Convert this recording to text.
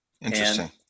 Interesting